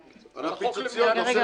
אני יכולה לטעון, אני מבינה,